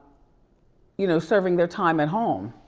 you know, serving their time at home.